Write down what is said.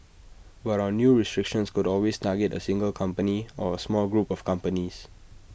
but A new restrictions could always target A single company or A small group of companies